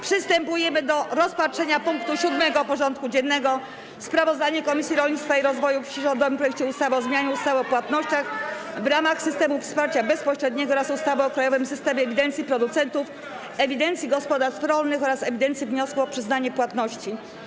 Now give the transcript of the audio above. Powracamy do rozpatrzenia punktu 7. porządku dziennego: Sprawozdanie Komisji Rolnictwa i Rozwoju Wsi o rządowym projekcie ustawy o zmianie ustawy o płatnościach w ramach systemów wsparcia bezpośredniego oraz ustawy o krajowym systemie ewidencji producentów, ewidencji gospodarstw rolnych oraz ewidencji wniosków o przyznanie płatności.